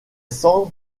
cendres